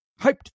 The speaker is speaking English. hyped